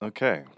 Okay